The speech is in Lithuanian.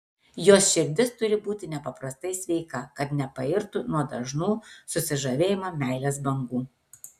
jos širdis turi būti nepaprastai sveika kad nepairtų nuo dažnų susižavėjimo meilės bangų